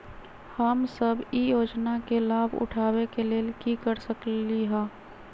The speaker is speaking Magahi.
हम सब ई योजना के लाभ उठावे के लेल की कर सकलि ह?